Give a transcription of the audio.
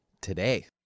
today